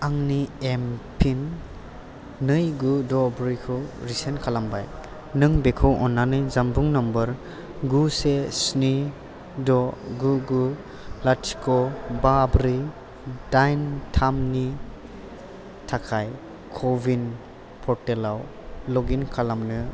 आंनि एम फिन नै गु द' ब्रैखौ रिसेन्द खालामबाय नों बेखौ अन्नानै जानबुं नम्बर गु से स्नि द' गु गु लाथिख' बा ब्रै दाइन थामनि थाखाय क'विन पर्टेलाव लग इन खालामनो